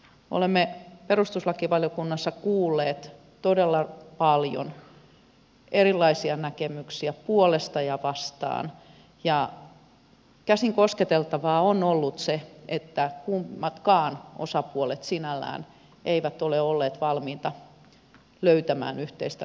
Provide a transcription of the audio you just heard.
olemme perustuslakivaliokunnassa kuulleet todella paljon erilaisia näkemyksiä puolesta ja vastaan ja käsin kosketeltavaa on ollut se että kummatkaan osapuolet sinällään eivät ole olleet valmiita löytämään yhteistä näkemystä